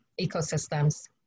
Ecosystems